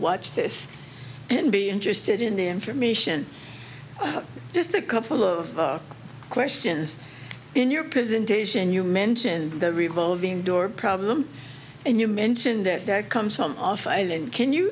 watch this and be interested in the information just a couple of questions in your presentation you mentioned the revolving door problem and you mentioned that that comes from off i then can you